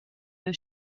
your